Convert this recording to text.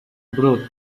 brew